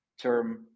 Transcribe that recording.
term